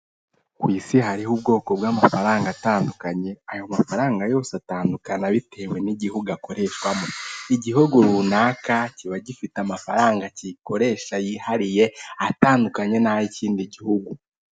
Ku isi hariho ubwoko bw'amafaranga atandukanye, ayo mafaranga yose atandukana bitewe n'igihugu akoreshwamo, igihugu runaka kiba gifite amafaranga gikoresha yihariye, atandukanye n'ay'ikindi gihugu.